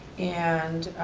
and